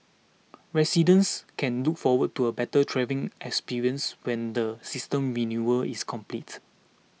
residents can look forward to a better travel experience when the system renewal is completed